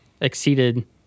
exceeded